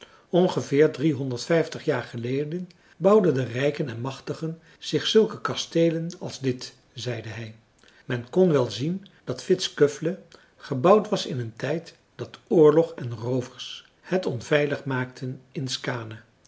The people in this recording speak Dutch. ongeveer driehonderdvijftig jaar geleden bouwden de rijken en machtigen zich zulke kasteelen als dit zeide hij men kon wel zien dat vittskövle gebouwd was in een tijd dat oorlog en roovers het onveilig maakten in skaane